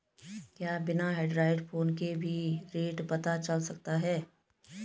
क्या बिना Android phone के भी रेट पता चल सकता है?